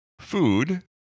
food